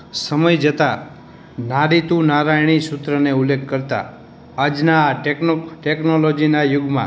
સમય જતા નારી તું નારાયણી સૂત્રને ઉલ્લેખ કરતા આજના આ ટેકનો ટૅકનોલોજીના યુગમાં